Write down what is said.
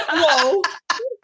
whoa